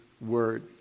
word